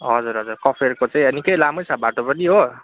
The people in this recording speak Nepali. हजुर हजुर कफेरको चाहिँ निक्कै लामै छ बाटो पनि हो